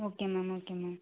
okay ma'am okay ma'am